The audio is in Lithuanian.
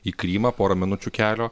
į krymą porą minučių kelio